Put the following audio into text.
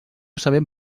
sabem